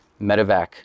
medevac